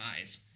eyes